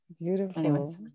Beautiful